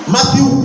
Matthew